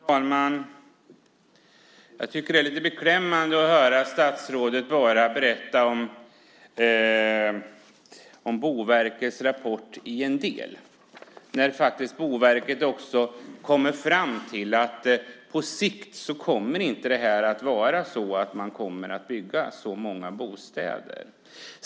Herr talman! Jag tycker det är lite beklämmande att höra statsrådet bara berätta om Boverkets rapport i en del, när Boverket faktiskt också kommer fram till att man på sikt inte kommer att bygga så många bostäder.